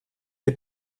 für